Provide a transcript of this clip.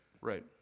Right